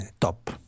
top